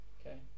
Okay